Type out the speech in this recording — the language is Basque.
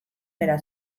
bera